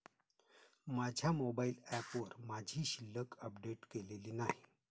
माझ्या मोबाइल ऍपवर माझी शिल्लक अपडेट केलेली नाही